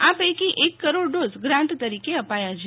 આ પૈકી એક કરોડ ડોઝ ગ્રાન્ટ તરીકે અપાયા છે